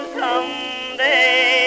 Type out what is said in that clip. someday